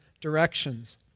directions